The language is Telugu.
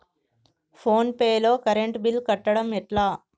ఫోన్ పే లో కరెంట్ బిల్ కట్టడం ఎట్లా?